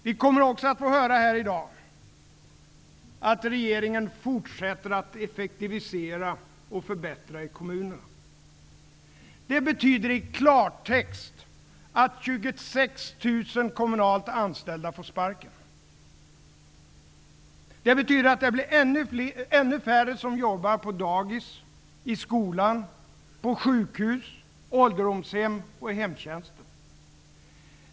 Vi kommer här i dag också att få höra att regeringen fortsätter att effektivisera och förbättra i kommunerna. Det betyder i klartext att 26 000 kommunalt anställda får sparken. Det betyder att det blir ännu färre som jobbar på dagis, i skolan, på sjukhus, på ålderdomshem och i hemtjänsten.